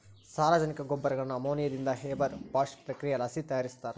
ಸಾರಜನಕ ಗೊಬ್ಬರಗುಳ್ನ ಅಮೋನಿಯಾದಿಂದ ಹೇಬರ್ ಬಾಷ್ ಪ್ರಕ್ರಿಯೆಲಾಸಿ ತಯಾರಿಸ್ತಾರ